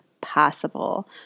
possible